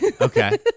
okay